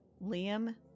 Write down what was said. Liam